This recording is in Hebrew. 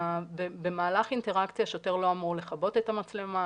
במהלך האינטראקציה השוטר לא אמור לכבות את המצלמה,